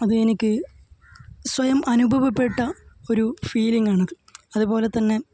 അത് എനിക്ക് സ്വയം അനുഭവപ്പെട്ട ഒരു ഫീലിങ്ങ് ആണത് അതേപോലെ തന്നെ